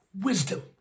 wisdom